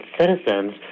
citizens